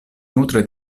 nutre